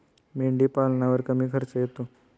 मेंढीपालनावर कमी खर्च येतो